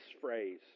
phrase